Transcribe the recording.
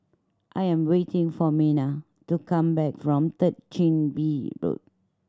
I am waiting for Minna to come back from Third Chin Bee Road